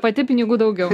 pati pinigų daugiau